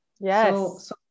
Yes